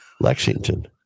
Lexington